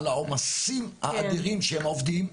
על העומסים האדירים שהם עובדים.